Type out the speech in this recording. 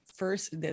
First